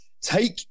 take